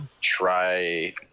try